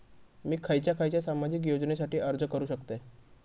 मी खयच्या खयच्या सामाजिक योजनेसाठी अर्ज करू शकतय?